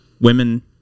women